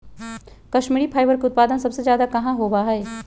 Kashmiri fibre के उत्पादन सबसे ज्यादा कहाँ होबा हई?